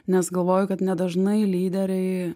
nes galvoju kad nedažnai lyderiai